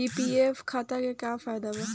PPF खाता के का फायदा बा?